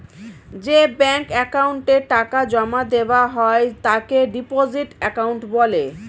যে ব্যাঙ্ক অ্যাকাউন্টে টাকা জমা দেওয়া হয় তাকে ডিপোজিট অ্যাকাউন্ট বলে